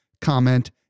comment